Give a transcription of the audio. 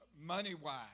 money-wise